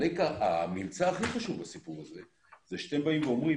הממצא הכי חשוב בסיפור הזה זה שהחוקרים,